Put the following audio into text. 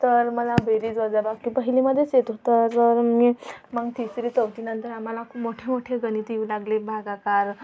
तर मला बेरीज वजाबाकी पहिलीमध्येच येत होतं जर मी मग तिसरी चौथीनंतर आम्हाला मोठे मोठे गणितं येऊ लागले भागाकार